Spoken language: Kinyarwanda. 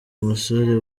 umusore